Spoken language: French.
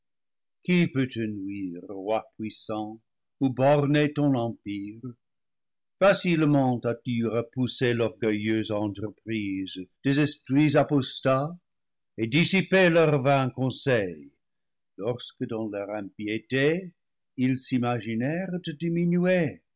roi puissant ou bornée ton em pire facilement as-tu repoussé l'orgueilleuse entreprise des esprits apostats et dissipé leurs vains conseils lorsque dans leur impiété ils s'imaginèrent te diminuer